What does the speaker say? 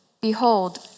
behold